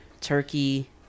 turkey